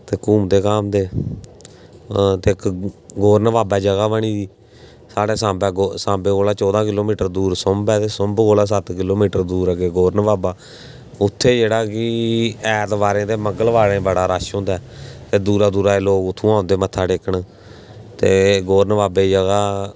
ते उत्थै घुम्मदे ते उत्थै इक गौरन बाबा जगह बनी दी साढ़े सांबे कोला चौदां किलोमीटर सुंब ऐ ते सुंब कोला सत्त किलोमीटर दूर अग्गें गौरन बाबा उत्थै जेह्ड़ा कि ऐतवारें ते मंगलवारें बड़ा रश होंदा ते दूरा दूरा लोक औंदे न उत्थै मत्था टेकने गी ते गौरन बाबे दी जगह